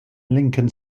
lincoln